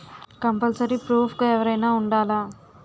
Compulsory proof గా ఎవరైనా ఉండాలా?